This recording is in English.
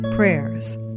Prayers